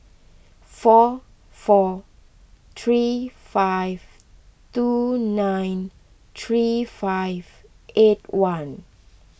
four four three five two nine three five eight one